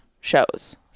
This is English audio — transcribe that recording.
shows